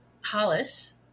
hollis